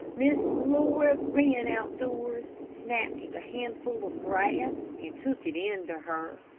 miss laura ran outdoors, snatched a handful of grass and took it in to her.